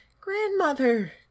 grandmother